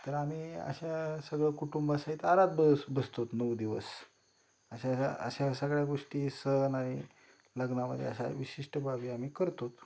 तर आम्ही अशा सगळं कुटुंबासहित आरात बस बसतो नऊ दिवस अशाश अशा सगळ्या गोष्टी सण आणि लग्नामध्ये अशा विशिष्ट बाबी आम्ही करतो